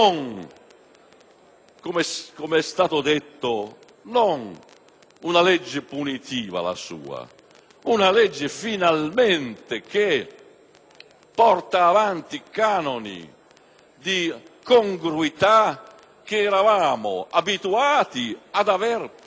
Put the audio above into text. come è stato detto, una legge punitiva. È una legge che finalmente porta avanti canoni di congruità che ci eravamo abituati ad aver perso.